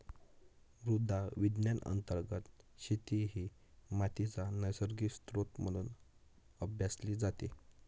मृदा विज्ञान अंतर्गत शेती ही मातीचा नैसर्गिक स्त्रोत म्हणून अभ्यासली जाते